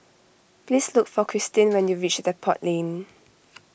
please look for Cristin when you reach Depot Lane